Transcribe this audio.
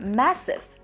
massive 。